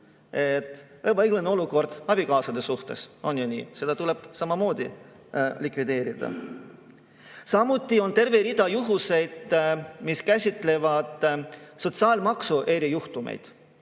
Ebaõiglane olukord abikaasade suhtes, on ju nii. See tuleb samamoodi likvideerida. Samuti on terve rida näiteid, mis puudutavad sotsiaalmaksu erijuhtumeid.